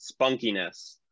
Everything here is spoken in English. spunkiness